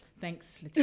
thanks